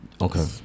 Okay